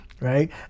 right